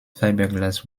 fiberglass